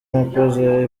nakoze